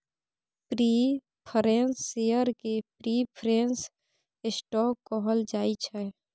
preference share केँ preference stock कहल जाइ छै